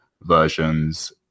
versions